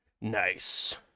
Nice